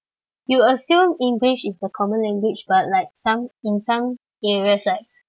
you assume english is a common language but like some in some areas like